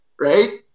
right